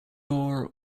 door